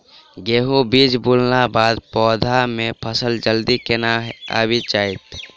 गेंहूँ बीज बुनला बाद पौधा मे फसल जल्दी केना आबि जाइत?